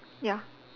ya